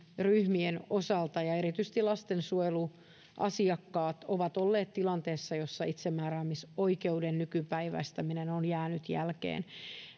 ryhmien osalta ja erityisesti lastensuojeluasiakkaat ovat olleet tilanteessa jossa itsemääräämisoikeuden nykypäiväistäminen on jäänyt jälkeen